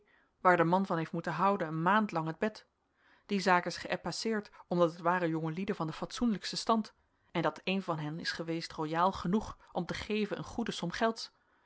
waar de man van heeft moeten houden een maand lang het bed die zaak is geäpaiseerd omdat het waren jongelieden van den fatsoenlijksten stand en dat een van hen is geweest royaal genoeg om te geven een goede som gelds